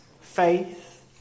faith